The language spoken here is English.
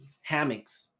hammocks